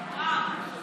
רם.